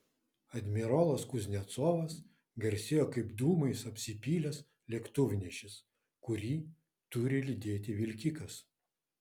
admirolas kuznecovas garsėjo kaip dūmais apsipylęs lėktuvnešis kurį turi lydėti vilkikas